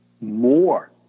more